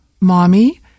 Mommy